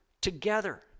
Together